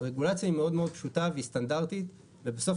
הרגולציה היא מאוד פשוטה והיא סטנדרטית ובסוף